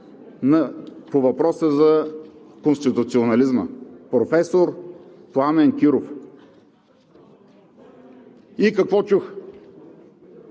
по въпроса за конституционализма – професор Пламен Киров. И какво чух?